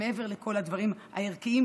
מעבר לכל הדברים הערכיים,